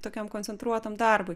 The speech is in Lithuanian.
tokiam koncentruotam darbui